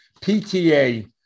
PTA